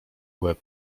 łeb